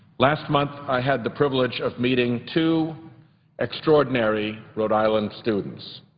last month, i had the privilege of meeting two extraordinary rhode island students,